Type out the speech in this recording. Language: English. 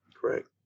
Correct